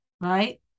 right